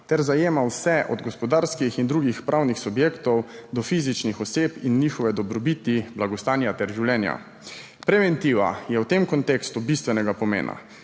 ter zajema vse od gospodarskih in drugih pravnih subjektov do fizičnih oseb in njihove dobrobiti, blagostanja ter življenja. Preventiva je v tem kontekstu bistvenega pomena.